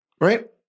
Right